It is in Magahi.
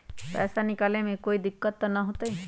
पैसा निकाले में कोई दिक्कत त न होतई?